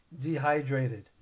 dehydrated